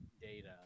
data